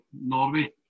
Norway